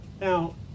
Now